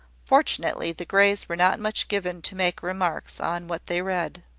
fortunately the greys were not much given, to make remarks on what they read.